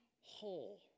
whole